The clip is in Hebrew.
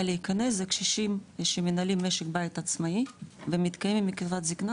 להיכנס זה קשישים שמנהלים משק בית עצמאי ומתקיימים מקצבת זקנה